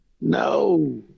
no